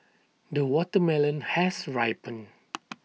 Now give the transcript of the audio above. the watermelon has ripened